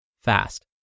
fast